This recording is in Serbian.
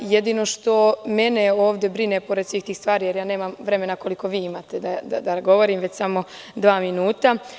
Jedino što mene ovde brine pored svih tih stvari, jer ja nemam vremena koliko vi imate da govorim, već samo dva minuta.